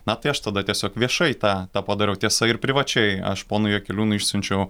na tai aš tada tiesiog viešai tą tą padariau tiesa ir privačiai aš ponui jakeliūnui išsiunčiau